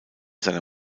seiner